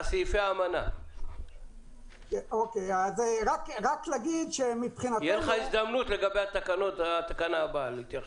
תהיה לך הזדמנות לגבי התקנה הבאה להתייחס.